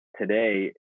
today